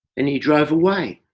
and he drove away.